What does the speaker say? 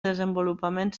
desenvolupament